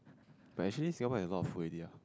but actually Singapore has a lot of food already ya